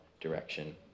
direction